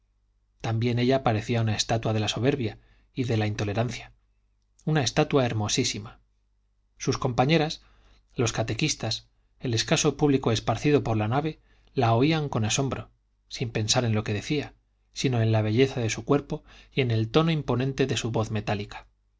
también ella parecía una estatua de la soberbia y de la intolerancia una estatua hermosísima sus compañeras los catequistas el escaso público esparcido por la nave la oían con asombro sin pensar en lo que decía sino en la belleza de su cuerpo y en el tono imponente de su voz metálica